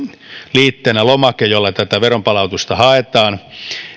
liitteenä lomake jolla tätä veronpalautusta haetaan